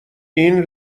این